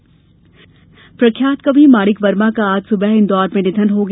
कवि निधन प्रख्यात कवि माणिक वर्मा का आज सुबह इंदौर में निधन हो गया